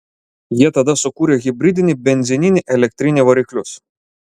jie tada sukūrė hibridinį benzininį elektrinį variklius